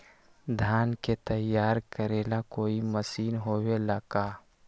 धान के तैयार करेला कोई मशीन होबेला का?